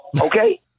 okay